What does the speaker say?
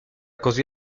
così